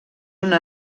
una